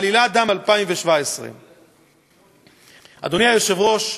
עלילת דם 2017. אדוני היושב-ראש,